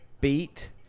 beat